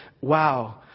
wow